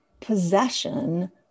possession